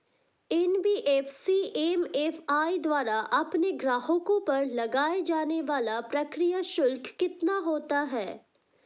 NBFC MFI द्वारा अपने ग्राहकों पर लगाए जाने वाला प्रक्रिया शुल्क कितना होता है?